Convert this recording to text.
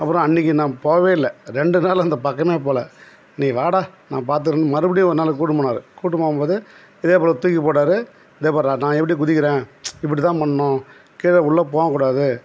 அப்புறம் அன்றைக்கி நான் போகவே இல்லை ரெண்டு நாள் அந்த பக்கமே போகல நீ வாடா நான் பார்த்துக்கிறேன்னு மறுபடியும் ஒரு நாள் கூட்டின்னு போனார் கூட்டி போகும்போது இதேபோல் தூக்கி போட்டார் இந்த பாருடா நான் எப்படி குதிக்கிறேன் இப்படி தான் பண்ணணும் கீழே உள்ளே போகக்கூடாது